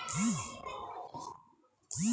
SHG দল কী ভাবে ব্যাবসা লোন পাবে?